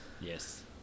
Yes